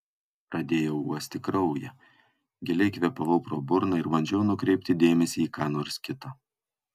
pradėjau uosti kraują giliai kvėpavau pro burną ir bandžiau nukreipti dėmesį į ką nors kita